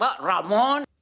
Ramon